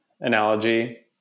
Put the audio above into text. analogy